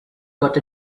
got